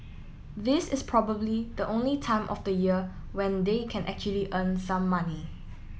this is probably the only time of the year when they can actually earn some money